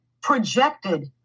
projected